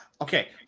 Okay